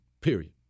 period